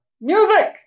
music